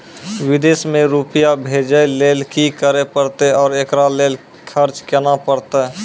विदेश मे रुपिया भेजैय लेल कि करे परतै और एकरा लेल खर्च केना परतै?